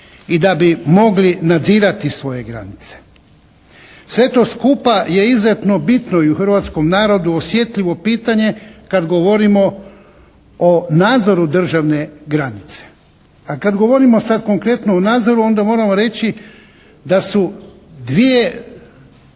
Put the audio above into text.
i da bi mogli nadzirati svoje granice. Sve to skupa je izuzetno bitno i u hrvatskoj narodu osjetljivo pitanje kad govorimo o nadzoru državne granice. A kad govorimo sad konkretno o nadzoru onda moram reći da su dvije